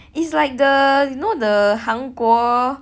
it's like the you know the 韩国